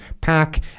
pack